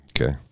Okay